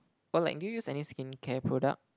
or like do you use any skincare product